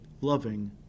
loving